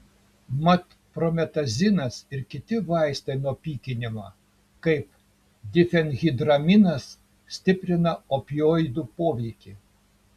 mat prometazinas ir kiti vaistai nuo pykinimo kaip difenhidraminas stiprina opioidų poveikį